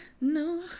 no